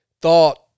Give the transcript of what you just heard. thought